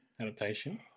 adaptation